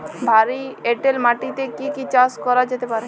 ভারী এঁটেল মাটিতে কি কি চাষ করা যেতে পারে?